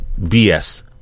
BS